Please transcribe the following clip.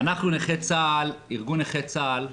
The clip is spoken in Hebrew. אנחנו ארגון נכי צה"ל,